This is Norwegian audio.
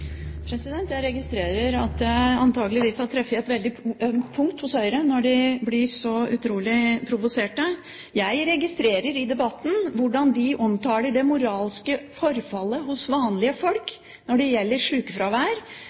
Jeg registrerer at jeg antakeligvis har truffet et veldig ømt punkt hos Høyre, når de blir så utrolig provosert. Jeg registrerer at de i debatten snakker om moralsk forfall hos vanlige folk når det gjelder